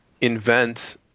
invent